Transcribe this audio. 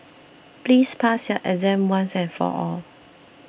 please pass your exam once and for all